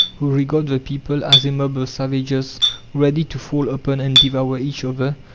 who regard the people as a mob of savages ready to fall upon and devour each other,